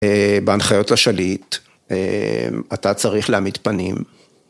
בהנחיות השליט, אתה צריך להעמיד פנים.